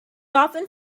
often